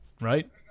right